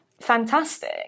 fantastic